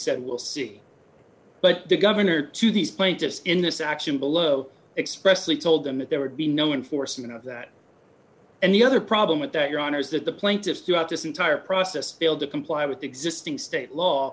said we'll see but the governor to these plaintiffs in this action below expressly told them that there would be no enforcement of that and the other problem with that your honor is that the plaintiffs throughout this entire process failed to comply with the existing state law